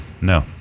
No